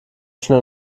schnell